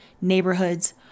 neighborhoods